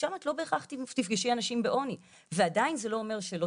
שם את לא בהכרח תפגשי אנשים בעוני ועדיין זה לא אומר שלא